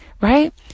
right